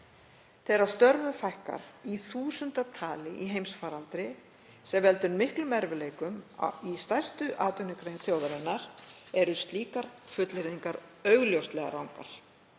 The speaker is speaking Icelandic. Þegar störfum fækkar í þúsundatali í heimsfaraldri, sem veldur miklum erfiðleikum í stærstu atvinnugrein þjóðarinnar, eru slíkar fullyrðingar augljóslega rangar